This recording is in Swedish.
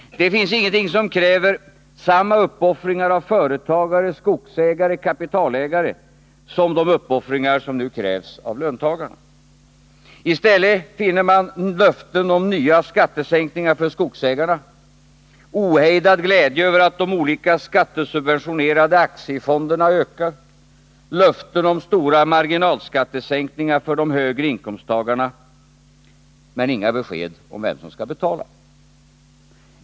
Det finns ingenting som kräver samma uppoffringar av företagare, skogsägare och kapitalägare som de uppoffringar som nu krävs av löntagarna. I stället finner man löften om nya skattesänkningar för skogsägarna, ohejdad glädje över att de olika skattesubventionerade aktiefonderna ökar, löften om stora marginalskattesänkningar för de högre inkomsttagarna — men inga besked om vem som skall betala.